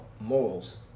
morals